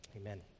Amen